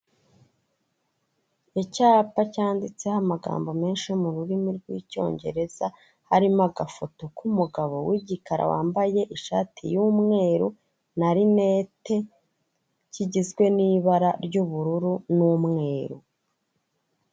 Icyapa cyanditseho amagambo menshi yo mu rurimi rw'icyongereza, harimo agafoto k'umugabo w'igikara wambaye ishati y'umweru na rinete, kigizwe n'ibara ry'ubururu n'umweru.